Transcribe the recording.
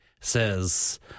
says